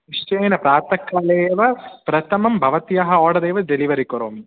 निश्चयेन प्रातःकाले एव प्रथमं भवत्याः आर्डर् एव डेलिवरी करोमि